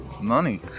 Money